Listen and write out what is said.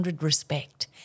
respect